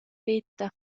veta